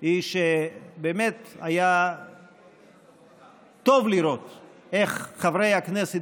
הוא שבאמת היה טוב לראות איך חברי הכנסת